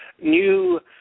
new